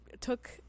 took